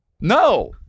no